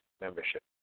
membership